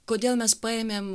kodėl mes paėmėm